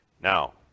now